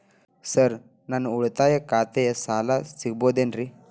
Sir ನನ್ನ ಉಳಿತಾಯ ಖಾತೆಯ ಸಾಲ ಸಿಗಬಹುದೇನ್ರಿ?